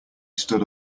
stood